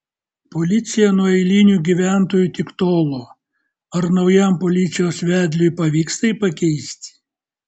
policija nuo eilinių gyventojų tik tolo ar naujam policijos vedliui pavyks tai pakeisti